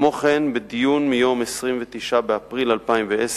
כמו כן, בדיון ב-29 באפריל 2010